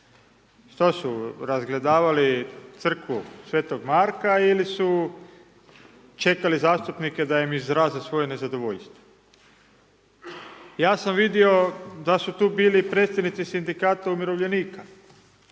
što su razgledavali Crkvu Sv. Marka ili su čekali zastupnike da im izraze svoje nezadovoljstvo. Ja sam vidio da su tu bili predstavnici Sindikata umirovljenika,